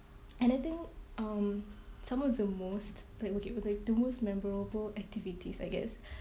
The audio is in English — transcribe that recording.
and I think um some of the most like okay like the most memorable activities I guess